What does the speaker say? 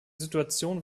situation